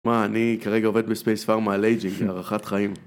מה, אני כרגע עובד בספייס פארמה על אייג'ינג, הארכת חיים.